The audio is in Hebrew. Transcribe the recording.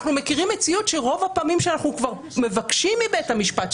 אנחנו מכירים מציאות שברוב הפעמים שאנחנו כבר מבקשים מבית המשפט,